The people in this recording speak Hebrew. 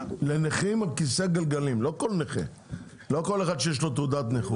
לנכים עם כיסא גלגלים לא כל אחד שיש לו תעודת נכות.